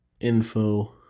info